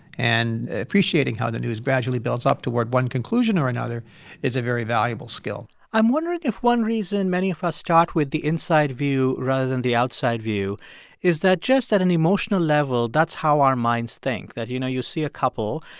and appreciating how the news gradually builds up toward one conclusion or another is a very valuable skill i'm wondering if one reason many of us start with the inside view rather than the outside view is that just at an emotional level, that's how our minds think, that, you know, you see a couple.